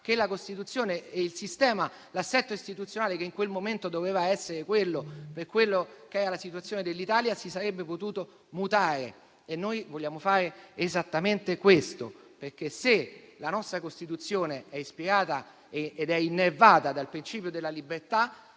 che la Costituzione e l'assetto istituzionale, che allora doveva essere quello per la situazione dell'Italia, si sarebbe potuto mutare. Noi vogliamo fare esattamente questo, perché se la nostra Costituzione è ispirata ed innervata dal principio della libertà,